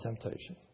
temptation